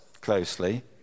closely